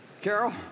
Carol